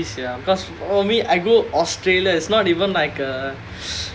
ah I really envy sia because for me I go australia it's not even like a